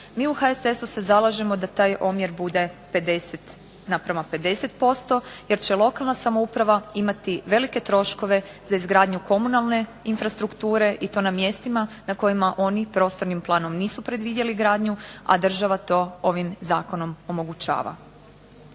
Mi u HSS-u se zalažemo da taj omjer bude 50 naprama 50% jer će lokalna samouprava imati velike troškove za izgradnju komunalne infrastrukture, i to na mjestima na kojima oni prostornim planom nisu predvidjeli gradnju, a država to ovim zakonom omogućava.